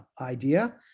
idea